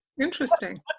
interesting